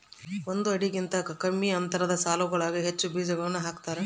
ಒಂದು ಅಡಿಗಿಂತ ಕಮ್ಮಿ ಅಂತರದ ಸಾಲುಗಳಾಗ ಹೆಚ್ಚು ಬೀಜಗಳನ್ನು ಹಾಕ್ತಾರ